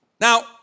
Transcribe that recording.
Now